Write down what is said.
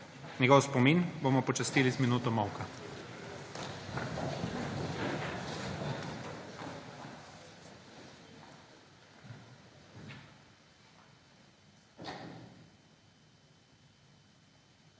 Njegov spomin bomo počastili z minuto molka.